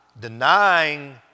denying